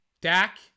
Dak